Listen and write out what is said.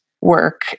work